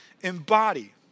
embody